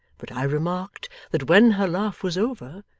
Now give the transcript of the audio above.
but i remarked that when her laugh was over,